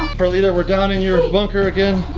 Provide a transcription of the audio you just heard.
um perlita, we're down in your bunker again.